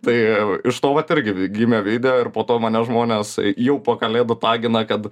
tai iš to vat irgi gimė video ir po to mane žmonės jau po kalėdų tagina kad